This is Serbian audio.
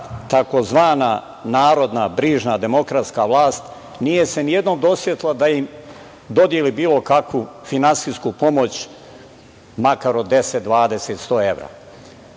ta tzv. narodna, brižna, demokratska vlast, nije se nijednom dosetila da im dodeli bilo kakvu finansijsku pomoć, makar od 10, 20, 100 evra. Nas